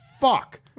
fuck